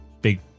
big